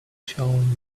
shown